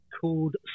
called